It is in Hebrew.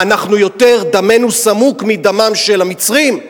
מה, דמנו סמוק מדמם של המצרים?